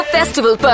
Festival